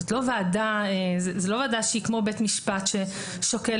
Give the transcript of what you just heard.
זאת לא ועדה שהיא כמו בית משפט ששוקל